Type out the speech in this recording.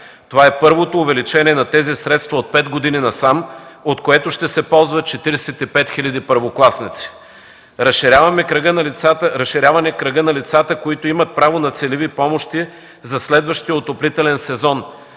Това е първото увеличение на тези средства от пет години насам, от което ще се ползват 45 хил. първокласници. Разширяване кръга на лицата, които имат право на целеви помощи, за следващия отоплителен сезон